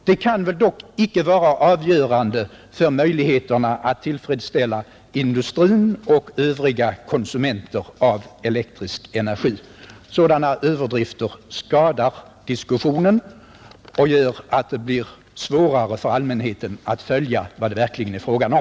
Detta kan väl icke vara avgörande för möjligheterna att tillgodose industrin och övriga konsumenter av elektrisk energi. Sådana här överdrifter skadar diskussionen och gör det svårare för allmänheten att följa vad det verkligen är fråga om.